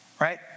right